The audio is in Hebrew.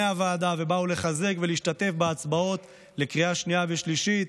הוועדה ובאו לחזק ולהשתתף בהצבעות בקריאה שנייה ושלישית.